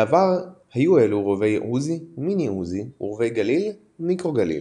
בעבר היו אלו רובי עוזי ומיני עוזי ורובי גליל ומיקרו גליל.